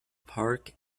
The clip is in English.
park